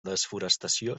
desforestació